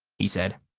he said.